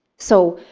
so